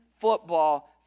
football